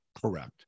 correct